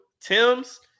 Tim's